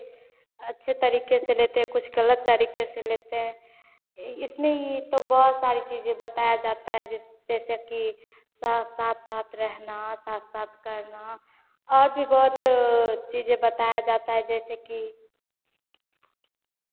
अच्छे तरीके से लेते है कुछ गलत तरीके से लेते है इसमें तो बहुत सारी चीज़ें बताया जाता है जैसे जैसे की साथ साथ रहना साथ साथ करना और भी बहुत चीज़ें बताया जाता है जैसे कि